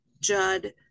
Judd